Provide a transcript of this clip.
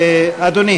אדוני